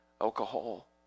Alcohol